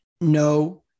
no